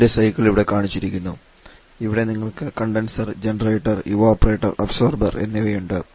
അതിൻറെ സൈക്കിൾ ഇവിടെ കാണിച്ചിരിക്കുന്നു ഇവിടെ നിങ്ങൾക്ക് കണ്ടൻസർ ജനറേറ്റർ ഇവപൊറേറ്റർ അബ്സോർബർ എന്നിവയുണ്ട്